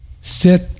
sit